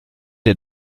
der